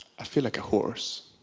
i feel like a horse.